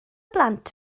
blant